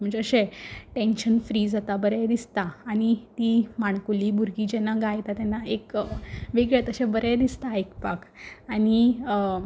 म्हणजे अशें tension free जाता बरें दिसता आनी तीं माणकुलीं भुरगीं जेन्ना गायता तेन्ना एक वेगळे तशें बरें दिसता आयकपाक आनी